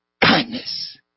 kindness